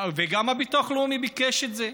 גם הביטוח הלאומי ביקש את זה: